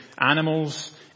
animals